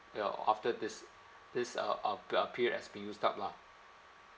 uh after this this uh uh op~ the period has been used up lah